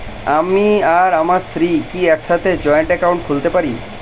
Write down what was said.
আমি আর আমার স্ত্রী কি একসাথে জয়েন্ট অ্যাকাউন্ট খুলতে পারি?